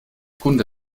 kunde